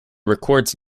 records